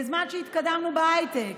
בזמן שהתקדמנו בהייטק,